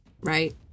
Right